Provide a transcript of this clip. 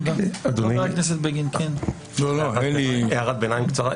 אדוני, הערת ביניים קצרה.